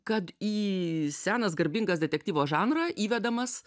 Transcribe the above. kad į senas garbingas detektyvo žanrą įvedamas